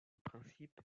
principe